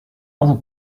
other